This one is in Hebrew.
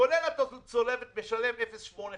קונה צולבת והוא משלם 0.85%,